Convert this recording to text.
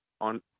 on